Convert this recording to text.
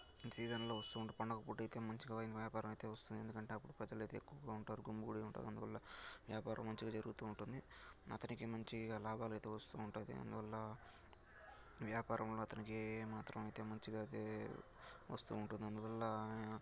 అన్సీజన్లో వస్తూ పండగ పూట అయితే మంచిగా ఆయన వ్యాపారం అయితే వస్తుంది ఎందుకంటే అప్పుడు ప్రజలు అయితే ఎక్కువగా ఉంటారు గుమికూడి ఉంటారు అందువల్ల వ్యాపారం మంచిగా జరుగుతూ ఉంటుంది అతనికి మంచిగా లాభాలు అయితే వస్తూ ఉంటుంది అందువల్ల వ్యాపారంలో అతనికి ఏమాత్రం అయితే మంచిగా వస్తూ ఉంటుంది అందువల్ల